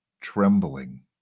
trembling